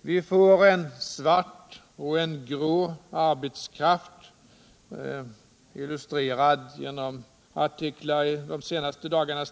Vi får en svart och en grå arbetskraft, illustrerad exempelvis i artiklar i tidningarna de senaste dagarna,